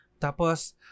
Tapos